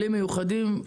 בלי מיוחדים.